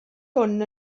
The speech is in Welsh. hwn